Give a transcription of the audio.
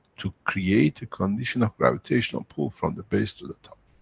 to create the condition of gravitational pull from the base to the top.